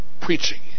preaching